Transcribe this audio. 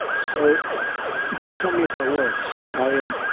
so don't tell me about words. i am,